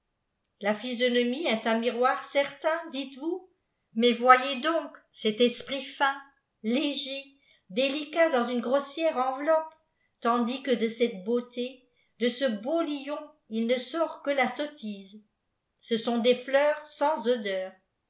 la phjsiondmie est un miroir certain dites vous mais voyez ddnc cet esprit fin léger délicat dans une grossière enveloppe t tand qth de cette beauté de ce beau lion il ne sort que la sottise ce sont des fleurs sans odeur